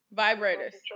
vibrators